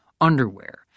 underwear